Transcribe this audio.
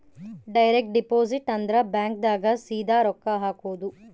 direct deposit ಅಂದ್ರ bank ದಾಗ ಸೀದಾ ರೊಕ್ಕ ಹಾಕೋದು